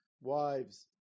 wives